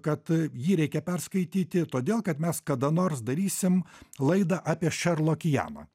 kad a jį reikia perskaityti todėl kad mes kada nors darysim laidą apie šerlokiamą